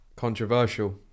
Controversial